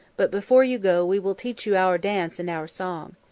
but before you go we will teach you our dance and our song.